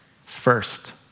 first